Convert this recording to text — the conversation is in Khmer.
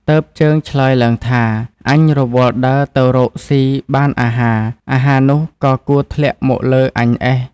ទើបជើងឆ្លើយឡើងថា អញរវល់ដើរទៅរកស៊ីបានអាហារ ៗ នោះក៏គួរធ្លាក់ មកលើអញអេះ។